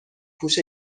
پوش